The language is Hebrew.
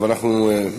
ואנחנו,